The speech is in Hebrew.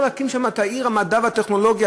להקים שם את עיר המדע והטכנולוגיה,